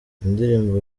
indirimbo